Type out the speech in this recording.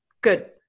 Good